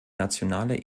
nationale